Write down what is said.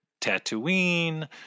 Tatooine